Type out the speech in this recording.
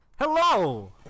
Hello